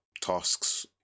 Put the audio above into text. tasks